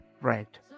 Right